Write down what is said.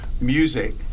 music